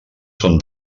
són